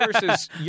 versus